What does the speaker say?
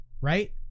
Right